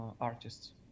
artists